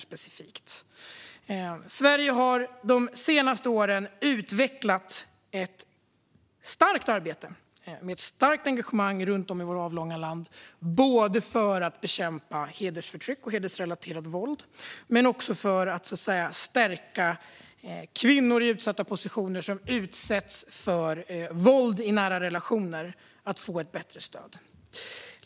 Sverige har de senaste åren utvecklat ett starkt arbete, med ett starkt engagemang runt om i vårt avlånga land, både för att bekämpa hedersförtryck och hedersrelaterat våld och för att stärka kvinnor i utsatta positioner som utsätts för våld i nära relationer genom att ge dem ett bättre stöd.